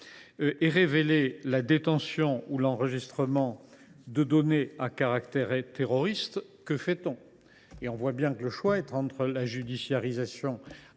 sont révélés la détention ou l’enregistrement de données à caractère terroriste, que fait on ? On voit bien que le choix est entre judiciariser,